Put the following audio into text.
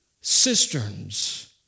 cisterns